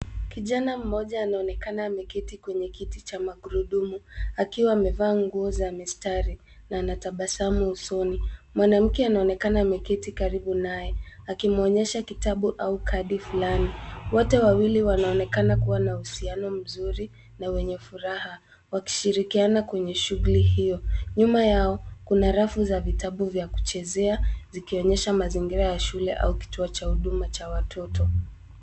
Kijana mmoja anaonekana ameketi kwenye kiti cha magurudumu akiwa amevaa nguo za mistari na anatabasamu usoni. Mwanamke anaonekana ameketi karibu naye akimwonyesha kitabu au kadi fulani. Wote wawili wanaonekana kuwa na uhusiano mzuri na wenye furaha wakishirikiana kwenye shughuli hio. Nyuma yao kuna rafu za vitabu vya kuchezea zikionyesha mazingira ya shule au kituo cha huduma cha watoto.